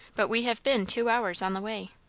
but we have been two hours on the way.